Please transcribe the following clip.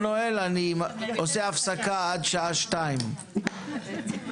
עושה הפסקה בדיון עד שעה 14:00. (הישיבה נפסקה